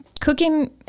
cooking